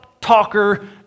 talker